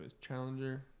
challenger